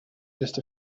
just